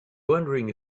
wondering